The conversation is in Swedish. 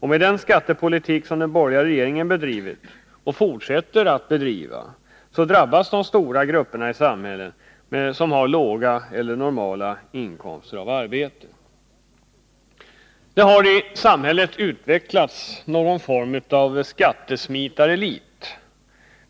Och med den skattepolitik som den borgerliga regeringen har bedrivit och fortsätter att bedriva drabbas de stora grupperna i samhället, vilka har låga eller normala inkomster av arbete. Det har i samhället utvecklats en sorts skattesmitarelit,